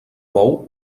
bou